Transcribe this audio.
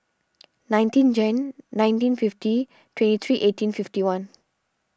nineteen Jan nineteen fifty twenty three eighteen fifty one